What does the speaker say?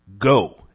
Go